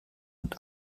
und